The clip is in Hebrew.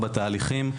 בתהליכים,